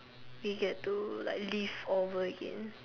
we get to like live over again